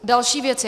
Další věc.